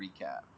recap